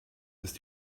ist